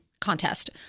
contest